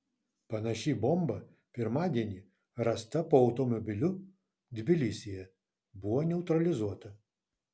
panaši bomba pirmadienį rasta po automobiliu tbilisyje buvo neutralizuota